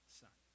son